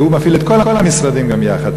כי הוא מפעיל את כל המשרדים גם יחד.